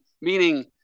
meaning